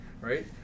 right